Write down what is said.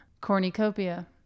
Cornucopia